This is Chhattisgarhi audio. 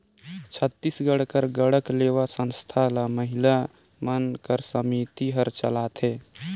छत्तीसगढ़ कर गढ़कलेवा संस्था ल महिला मन कर समिति हर चलाथे